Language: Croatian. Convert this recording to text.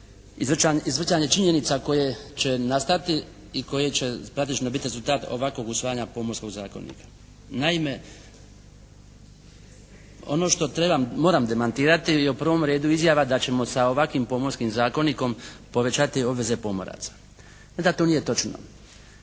izvrtanje činjenica koje će nastati i koje će praktično biti rezultat ovakvog usvajanja Pomorskog zakonika. Naime, ono što moram demantirati je u prvom redu izjava da ćemo sa ovakvim Pomorskim zakonikom povećati obveze pomoraca. Ne da to nije točno